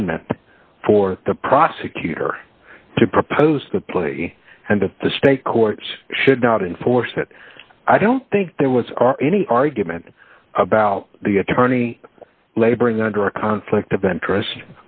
amendment for the prosecutor to propose the plea and that the state courts should not enforce it i don't think there was are any argument about the attorney laboring under a conflict of interest